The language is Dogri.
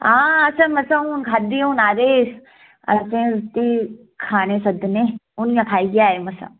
हां असें मसां हून खाद्धी ऐ हून आए दे हे असें रुट्टी खाने सद्देया हून खाइए आए मसां